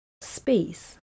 space